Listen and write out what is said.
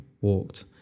walked